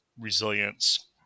resilience